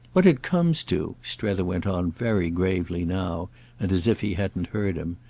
what it comes to, strether went on very gravely now and as if he hadn't heard him,